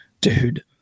Dude